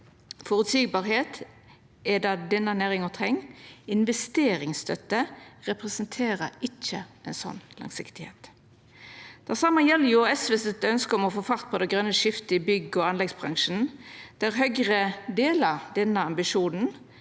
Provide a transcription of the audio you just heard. vilkår er det næringa treng, og investeringsstøtte representerer ikkje ei slik langsiktigheit. Det same gjeld SV sitt ønske om å få fart på det grøne skiftet i bygg- og anleggsbransjen, der Høgre deler denne ambisjonen.